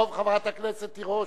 טוב, חברת הכנסת תירוש.